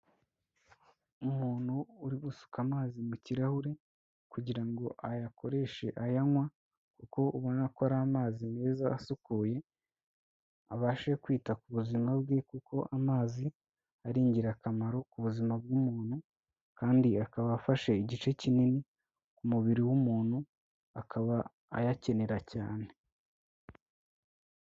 Umuntu uri gusuka amazi mu kirahure kugira ngo ayakoreshe ayanywa kuko ubona ko ari amazi meza asukuye abashe kwita ku buzima bwe kuko amazi ari ingirakamaro ku buzima bw'umuntu, kandi akaba afashe igice kinini mu mubiri w'umuntu, akaba ayakenera cyane.